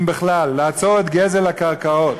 אם בכלל, לעצור את גזל הקרקעות